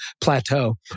Plateau